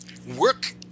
work